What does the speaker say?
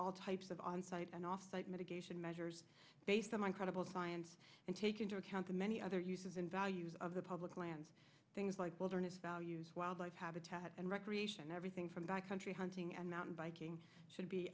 all types of on site and off site mitigation measures based on my credible science and take into account the many other uses in values of the public lands things like wilderness values wildlife habitat and recreation everything from back country hunting and mountain biking should be